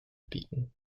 bieten